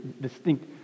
distinct